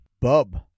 Bub